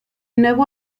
nuevo